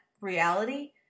reality